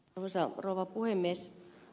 arvoisa rouva puhemies